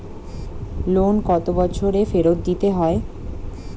Loan কত বছরে ফেরত দিতে হয়?